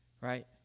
Right